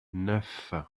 neuf